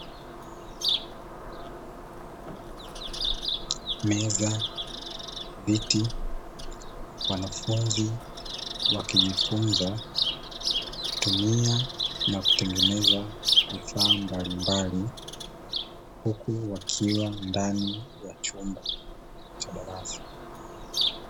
Meza, viti, wanafunzi wakijifunza kutumia na kutengeneza vifaa mbalimbali, huku wakiwa ndani ya chumba cha darasa.